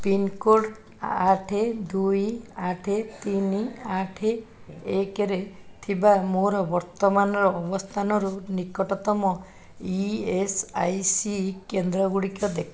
pincode ଆଠ ଦୁଇ ଆଠ ତିନି ଆଠ ଏକରେ ଥିବା ମୋର ବର୍ତ୍ତମାନର ଅବସ୍ଥାନରୁ ନିକଟତମ ଇ ଏସ୍ ଆଇ ସି କେନ୍ଦ୍ର ଗୁଡ଼ିକ ଦେଖାଅ